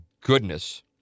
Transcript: goodness